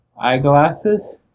Eyeglasses